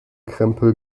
krempel